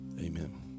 Amen